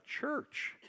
church